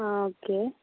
okay